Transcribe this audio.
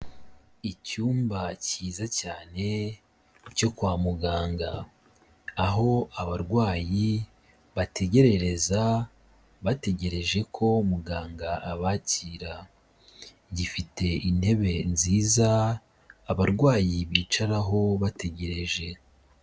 Icyumba cyiza cyane cyo kwa muganga aho abarwayi bategerereza bategereje ko muganga abakira. Gifite intebe nziza abarwayi bicaraho bategereje.